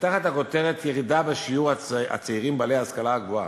תחת הכותרת "ירידה בשיעור הצעירים בעלי ההשכלה הגבוהה"